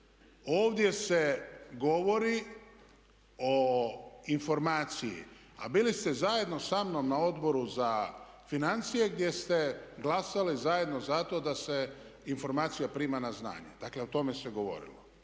Ovdje se govori o informaciji, a bili ste zajedno sa mnom na Odboru za financije gdje ste glasali zajedno zato da se informacija prima na znanje. Dakle, o tome se govorilo.